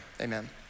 amen